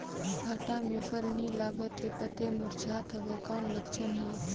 भांटा मे फल नी लागत हे पतई मुरझात हवय कौन लक्षण हे?